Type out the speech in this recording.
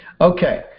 okay